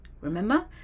Remember